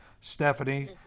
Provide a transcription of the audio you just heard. stephanie